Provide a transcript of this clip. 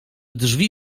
drzwi